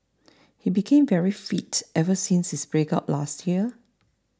he became very fit ever since his breakup last year